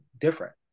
different